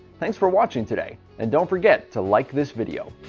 thanks for watching today and don't forget to like this video.